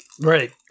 Right